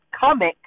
comic